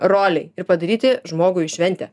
rolėj ir padaryti žmogui šventę